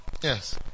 Yes